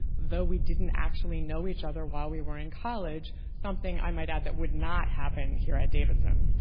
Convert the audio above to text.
though we didn't actually know each other while we were in college. something, i might add, that would not happen here at davidson.